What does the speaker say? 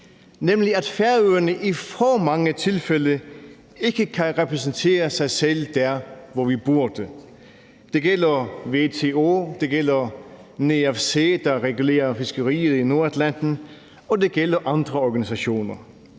nemlig at Færøerne i for mange tilfælde ikke kan repræsentere sig selv der, hvor vi burde. Det gælder WTO, det gælder NEAFC, der regulerer fiskeriet i Nordatlanten, og det gælder også andre organisationer.